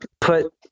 put